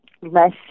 less